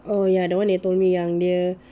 oh ya the one you told me yang dia